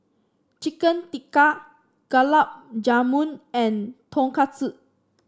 Chicken Tikka Gulab Jamun and Tonkatsu